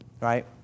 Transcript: right